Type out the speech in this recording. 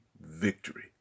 victory